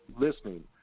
listening